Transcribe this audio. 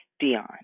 Dion